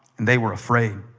and they were afraid